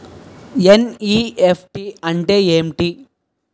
NEFT అంటే ఎంటి?